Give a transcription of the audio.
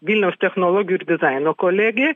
vilniaus technologijų ir dizaino kolegija